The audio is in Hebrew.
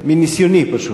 מניסיוני פשוט,